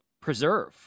preserve